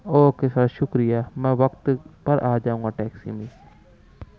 okay sir شکریہ میں وقت پر آ جاؤں گا ٹیکسی میں